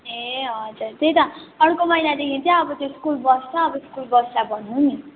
ए हजर त्यही त अर्को महिनादेखि चाहिँ अब त्यो स्कुल बस छ अब स्कुल बसलाई भन्नू नि